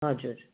हजुर